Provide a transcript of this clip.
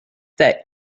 that